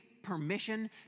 permission